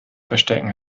verstecken